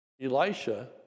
Elisha